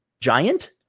Giant